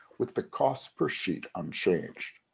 with the cost per sheet unchanged.